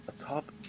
Atop